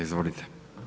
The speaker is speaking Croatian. Izvolite.